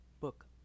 book